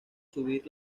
subir